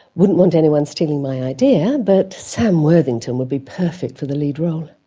wouldn't want anyone stealing my idea, but sam worthington would be perfect for the lead role.